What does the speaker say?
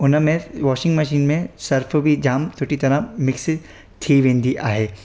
हुनमें washing machine में Surf बि जाम सुठी तराहं मिक्स थी वेंदी आहे